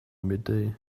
midday